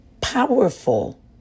Powerful